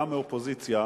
גם מהאופוזיציה,